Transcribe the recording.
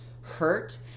Hurt